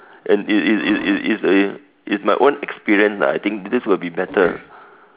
and it it it it it it it's my own experience lah I think this will be better